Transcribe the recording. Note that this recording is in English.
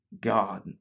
God